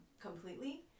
completely